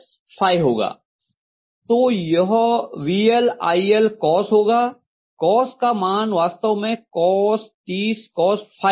तो यह VLILcos होगा कौस का मान वास्तव में cos 30 cos होगा